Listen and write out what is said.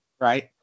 Right